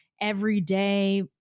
everyday